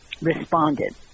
responded